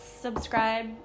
subscribe